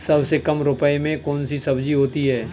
सबसे कम रुपये में कौन सी सब्जी होती है?